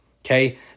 Okay